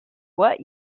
what